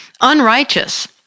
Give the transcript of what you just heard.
unrighteous